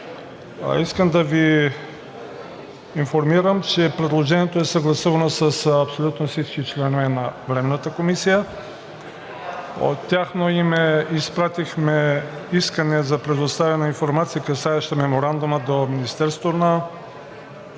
Искам да Ви информирам, че предложението е съгласувано с абсолютно всички членове на Временната комисия. От тяхно име изпратихме искане за предоставяне на информация, касаеща Меморандума до Министерството на